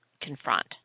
confront